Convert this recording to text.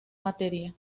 materia